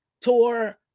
tour